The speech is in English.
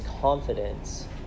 confidence